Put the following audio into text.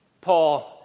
Paul